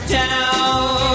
town